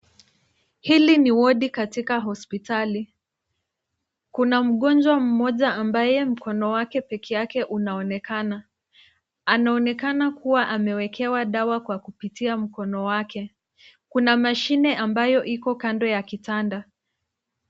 Hili ni wodi katika hospitali. Kuna mgonjwa mmoja ambaye mkono wake pekeake unaonekana. Anaonekana kuwa amewekewa dawa kwa kupitia mkono wake. Kuna mashine ambayo iko kando ya kitanda.